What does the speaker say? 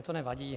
To nevadí.